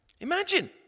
Imagine